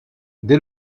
dès